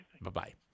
Bye-bye